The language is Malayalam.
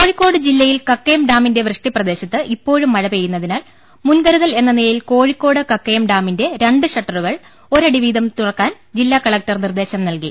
കോഴിക്കോട് ജില്ലയിൽ കക്കയം ഡാമിന്റെ വൃഷ്ടി പ്രദേശത്ത് ഇപ്പോഴും മഴ പെയ്യുന്നതിനാൽ മുൻകരുതൽ എന്ന നിലയിൽ കോഴിക്കോട് കക്കയം ഡാമിന്റെ രണ്ട് ഷട്ടറുകൾ ഒരടി വീതം തുറയ്ക്കാൻ ജില്ലാകലക്ടർ നിർദേശം നല്കി